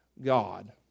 God